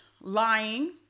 lying